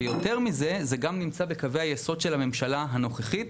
ויותר מזה זה גם נמצא בקווי היסוד של הממשלה הנוכחית,